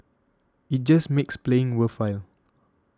it just makes playing worthwhile